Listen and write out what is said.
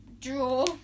draw